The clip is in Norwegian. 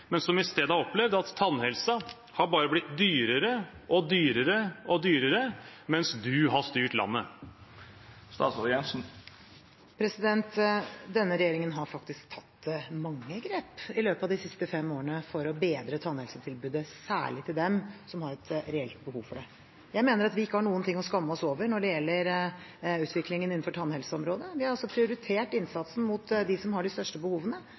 men som i stedet har opplevd at tannhelse har blitt bare dyrere og dyrere mens hun har styrt landet? Denne regjeringen har faktisk tatt mange grep i løpet av de siste fem årene for å bedre tannhelsetilbudet, særlig for dem som har et reelt behov for det. Jeg mener at vi ikke har noe å skamme oss over når det gjelder utviklingen innenfor tannhelseområdet. Vi har prioritert innsatsen mot dem som har de største behovene,